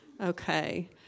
Okay